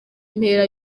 mpera